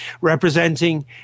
representing